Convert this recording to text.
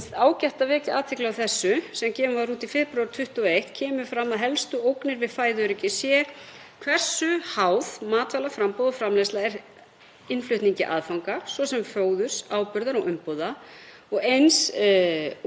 innflutningi aðfanga, svo sem fóðurs, áburðar og umbúða og eins olíubirgða í tilfelli fiskveiða. Hátt hlutfall matvæla komi að utan og innlend matvælaframleiðsla sé háð þessum innflutningi á aðföngum,